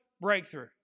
breakthrough